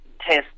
test